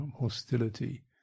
hostility